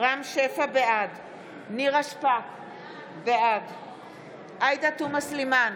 נירה שפק, בעד עאידה תומא סלימאן,